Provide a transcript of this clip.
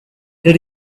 did